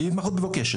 זו התמחות מבוקשת.